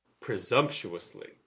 presumptuously